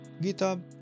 GitHub